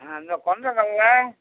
இந்தக் கொண்டக்கடலை